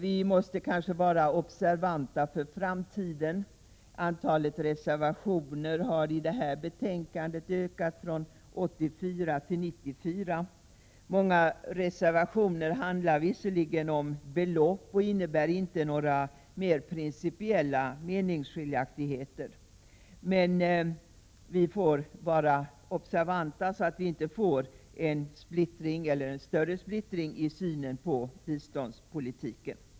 Vi måste kanske vara observanta för framtiden. Antalet reservationer har i detta betänkande ökat från 84 till 94. Många reservationer handlar visserligen om belopp och innebär inte några mer principiella meningsskiljaktigheter. Men vi får vara observanta, så att det inte blir en större splittring i synen på biståndspolitiken.